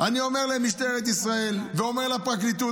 אני אומר למשטרת ישראל ואומר לפרקליטות,